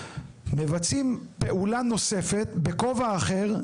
מבצעים פעולה נוספת בכובע אחר,